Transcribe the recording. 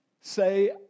say